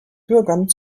bürgern